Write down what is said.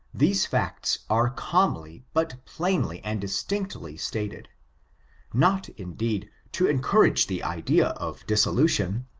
these facts are calmly, but plainly and distinctly stated not, indeed, to en courage the idea of dissolution,